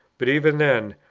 but, even then,